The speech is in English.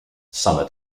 summer